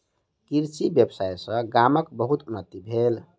कृषि व्यवसाय सॅ गामक बहुत उन्नति भेल